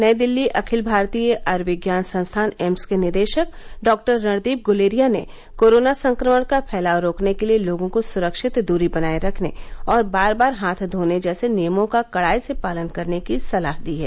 नई दिल्ली के अखिल भारतीय आयुर्विज्ञान संस्थान एम्स के निदेशक डॉक्टर रणदीप गुलेरिया ने कोरोना संक्रमण का फैलाव रोकने के लिए लोगों को सुरक्षित दूरी बनाए रखने और बार बार हाथ धोने जैसे नियमों का कड़ाई से पालन करने की सलाह दी है